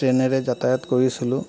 ট্ৰে'নেৰে যাতায়াত কৰিছিলোঁ